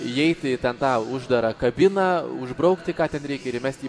įeiti į tą tą uždarą kabiną užbraukti ką ten reikia ir įmesti į